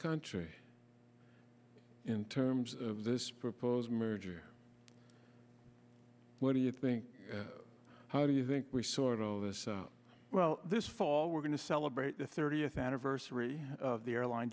country in terms of this proposed merger what do you think how do you think we sort of this well this fall we're going to celebrate the thirtieth anniversary of the airline